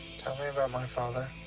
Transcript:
tell me about my father.